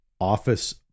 office